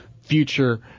future